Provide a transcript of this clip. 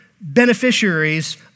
beneficiaries